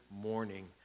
morning